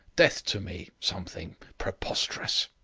death to me. something. preposterous.